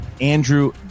andrew